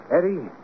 Eddie